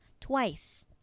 twice